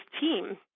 team